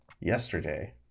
yesterday